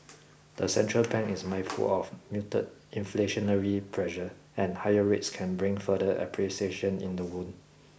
the central bank is mindful of muted inflationary pressure and higher rates can bring further appreciation in the won